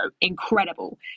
incredible